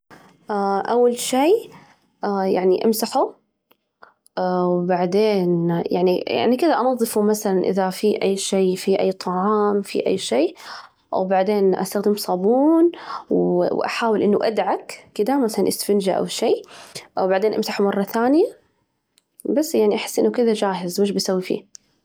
أول شي يعني أمسحه وبعدين يعني يعني كذا أنظفه مثلاً إذا في أي شي، في أي طعام، في أي شي، وبعدين أستخدم صابون و وأحاول إنه أدعك كدا مثلاً إسفنجة أو شي، و بعدين أمسحه مرة ثانية بس يعني أحس إنه كده جاهز وش بسوي فيه.